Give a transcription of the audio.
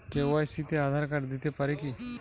KYC তে Aadhaar card দিতে পারি কি?